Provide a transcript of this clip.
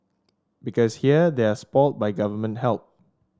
because here they are spot by government help